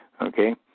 okay